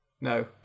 No